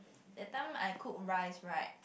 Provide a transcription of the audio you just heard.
that time I cook rice right